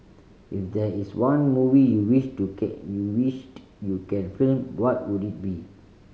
if there is one movie you wished to you wished can film what would it be